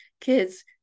kids